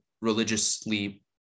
Religiously